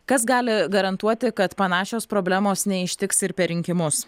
kas gali garantuoti kad panašios problemos neištiks ir per rinkimus